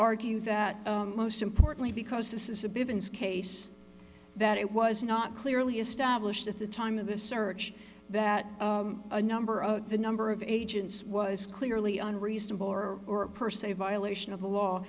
argue that most importantly because this is a big case that it was not clearly established at the time of the search that a number of the number of agents was clearly unreasonable or per se violation of the law